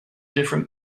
different